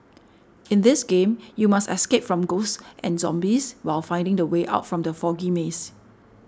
in this game you must escape from ghosts and zombies while finding the way out from the foggy maze